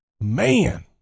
Man